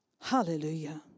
Hallelujah